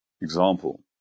example